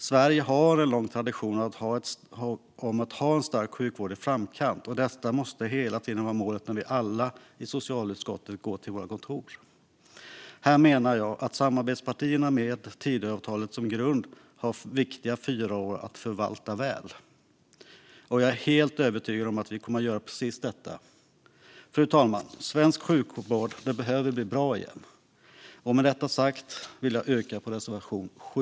Sverige har en lång tradition av att ha en stark sjukvård i framkant, och detta måste hela tiden vara målet när vi alla i socialutskottet går till våra kontor. Här menar jag att samarbetspartierna med Tidöavtalet som grund har viktiga fyra år att förvalta väl. Och jag är helt övertygad om att vi kommer att göra precis detta. Fru talman! Svensk sjukvård behöver bli bra igen. Med detta sagt vill jag yrka bifall till reservation 7.